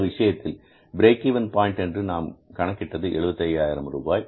இந்த விஷயத்தில் break even point என்று நாம் கணக்கிட்டது 75000 ரூபாய்